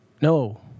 no